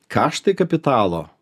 kaštai kapitalo